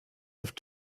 have